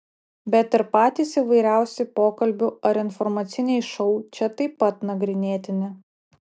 bet ir patys įvairiausi pokalbių ar informaciniai šou čia taip pat nagrinėtini